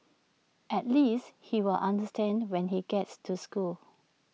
at least he'll understand when he gets to school